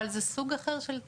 אבל זה סוג אחר של תיק.